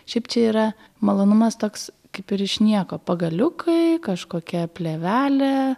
šiaip čia yra malonumas toks kaip ir iš nieko pagaliukai kažkokia plėvelė